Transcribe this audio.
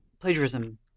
plagiarism